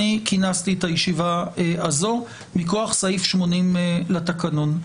כינסתי את הישיבה הזאת מכוח סעיף 80 לתקנון.